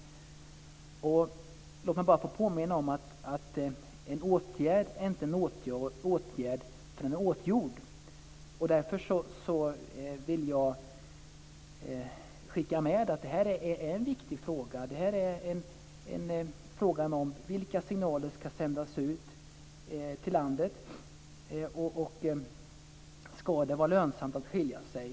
Låt mig bara få påminna om att en åtgärd är inte en åtgärd förrän den är vidtagen. Därför vill jag skicka med att detta är en viktig fråga. Det är en fråga om vilka signaler som ska sändas ut i landet. Ska det vara lönsamt att skilja sig?